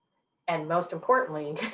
and most importantly,